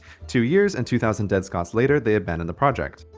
two years and two thousand dead scots later, they abandoned the project.